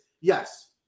yes